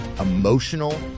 emotional